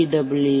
W